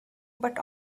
but